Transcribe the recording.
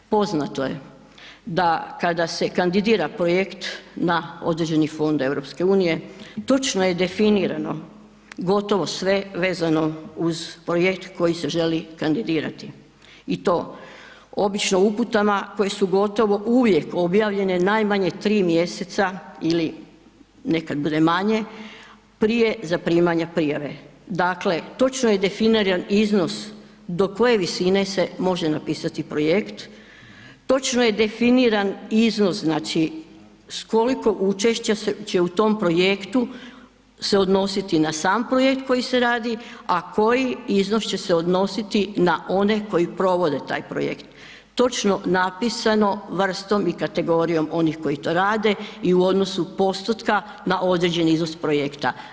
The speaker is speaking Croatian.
Poznato je da kada se kandidira projekt na određeni Fond EU točno je definirano gotovo sve vezano uz projekt koji se želi kandidirati i to obično uputama koje su gotovo uvijek objavljene najmanje 3. mjeseca ili nekad bude manje, prije zaprimanja prijave, dakle točno je definiran iznos do koje visine se može napisati projekt, točno je definiran iznos znači s koliko učešća će u tom projektu se odnositi na sam projekt koji se radi, a koji iznos će se odnositi na one koji provode taj projekt, točno napisano vrstom i kategorijom onih koji to rade i u odnosu postotka na određeni iznos projekta.